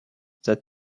that